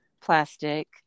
plastic